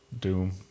Doom